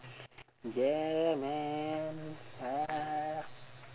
yeah man